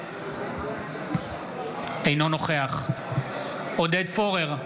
אינו נוכח עודד פורר,